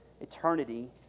eternity